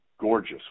gorgeous